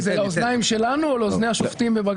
אם זה לאוזניים שלנו או לאוזני השופטים בבג"צ.